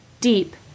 deep